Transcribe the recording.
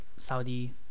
Saudi